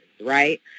Right